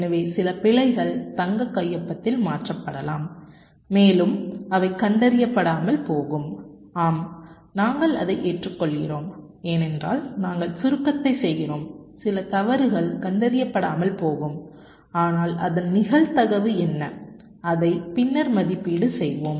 எனவே சில பிழைகள் தங்க கையொப்பத்தில் மாற்றப்படலாம் மேலும் அவை கண்டறியப்படாமல் போகும் ஆம் நாங்கள் அதை ஏற்றுக்கொள்கிறோம் ஏனென்றால் நாங்கள் சுருக்கத்தை செய்கிறோம் சில தவறுகள் கண்டறியப்படாமல் போகும் ஆனால் அதன் நிகழ்தகவு என்ன அதை பின்னர் மதிப்பீடு செய்வோம்